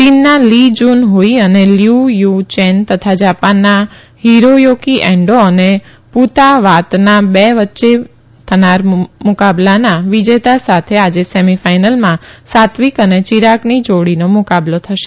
ચીનના Li Jun Hui અને Liu Yu Chen તથા જાપાનના હિરોયોકી એની અને પુતાવાતનાબે વચ્યે થનાર મુકાબલાના વિજેતા સાથે આજે સેમી ફાઇનલમાં સાત્વિક અને ચિરાગની જોતીનો મુકાબલો થશે